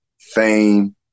fame